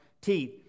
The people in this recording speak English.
teeth